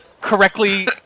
correctly